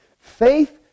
Faith